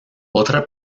otra